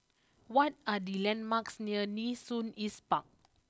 what are the landmarks near Nee Soon East Park